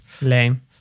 Lame